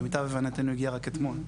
למיטב הבנתנו, הגיע רק אתמול.